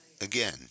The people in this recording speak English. Again